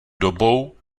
dobou